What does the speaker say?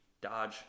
Dodge